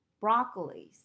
broccoli